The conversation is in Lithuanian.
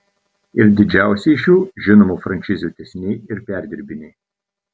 ir didžiausi iš jų žinomų frančizių tęsiniai ir perdirbiniai